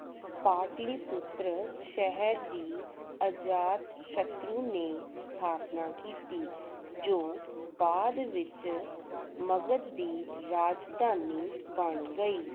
ਪਾਟਲੀਪੁਤਰ ਸ਼ਹਿਰ ਦੀ ਅਜਾਤਸ਼ਤਰੂ ਨੇ ਸਥਾਪਨਾ ਕੀਤੀ ਜੋ ਬਾਅਦ ਵਿੱਚ ਮਗਧ ਦੀ ਰਾਜਧਾਨੀ ਬਣ ਗਈ